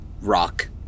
rock